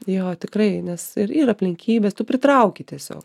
jo tikrai nes ir ir aplinkybės tu pritrauki tiesiog